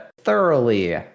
thoroughly